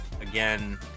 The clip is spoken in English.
again